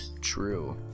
True